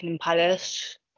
Palace